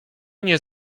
nie